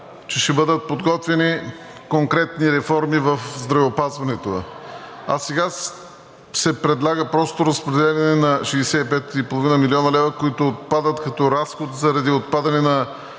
че ще бъдат подготвени конкретни реформи в здравеопазването, а сега се предлага просто разпределение на 65,5 млн. лв., които отпадат като разходи заради отпадане на